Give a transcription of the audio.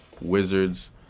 Wizards